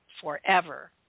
Forever